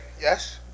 Yes